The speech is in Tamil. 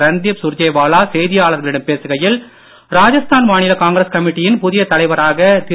ரண்தீப் சுர்ஜேவாலா செய்தியாளர்களிடம் பேசுகையில் ராஜஸ்தான் மாநில காங்கிரஸ் கமிட்டியின் புதிய தலைவராக திரு